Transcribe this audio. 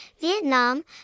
Vietnam